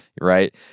right